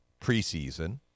preseason